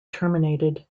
terminated